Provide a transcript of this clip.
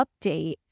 update